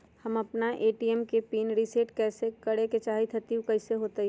हम अपना ए.टी.एम के पिन रिसेट करे के चाहईले उ कईसे होतई?